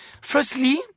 Firstly